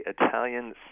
Italian